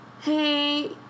hey